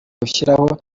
gushyiraho